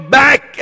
back